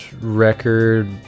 record